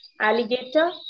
Alligator